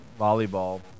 volleyball